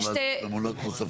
יש ועדות ממונות נוספות.